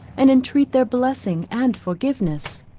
and entreat their blessing and forgiveness.